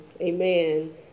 amen